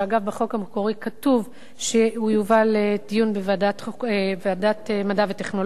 בחוק המקורי כתוב שהוא יובא לדיון בוועדת המדע והטכנולוגיה.